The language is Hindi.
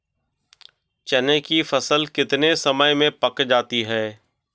चने की फसल कितने समय में पक जाती है?